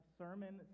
sermon